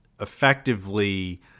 effectively